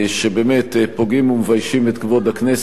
שבאמת פוגעים ומביישים את כבוד הכנסת.